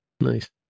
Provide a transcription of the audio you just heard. Nice